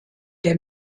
der